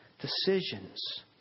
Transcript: Decisions